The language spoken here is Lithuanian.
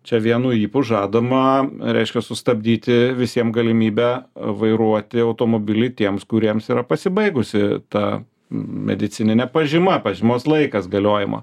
čia vienu ypu žadama reiškia sustabdyti visiem galimybę vairuoti automobilį tiems kuriems yra pasibaigusi ta medicininė pažyma pažymos laikas galiojimo